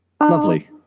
lovely